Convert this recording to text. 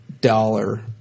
dollar